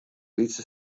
lytse